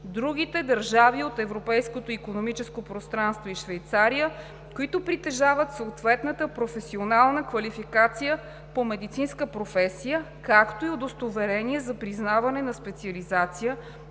другите държави от Европейското икономическо пространство и Швейцария, които притежават съответната професионална квалификация, по медицинска професия, както и удостоверение за признаване на специализация